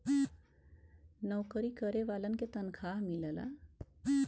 नऊकरी करे वालन के तनखा मिलला